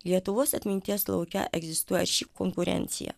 lietuvos atminties lauke egzistuoja ši konkurencija